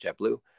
JetBlue